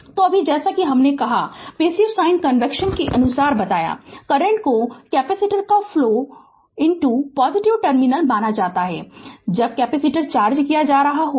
Refer Slide Time 0740 तो अभी जैसा हमने कहा पैसिव साइन कन्वेंशन के अनुसार बताया करंट को कैपेसिटर का फ्लो पॉजिटिव टर्मिनल माना जाता है जब कैपेसिटर चार्ज किया जा रहा हो